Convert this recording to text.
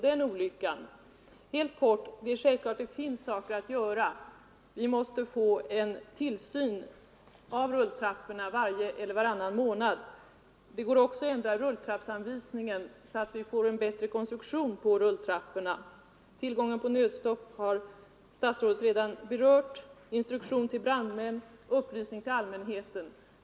Det finns saker som kan göras. Vi måste få en tillsyn av rulltrapporna varje eller varannan månad. Det går också att ändra rulltrappsanvisningen, så att vi får en bättre konstruktion på rulltrapporna. Frågan om nödstopp har statsrådet redan berört. Vidare bör man förbättra instruktionen till brandmännen och informationen till allmänheten.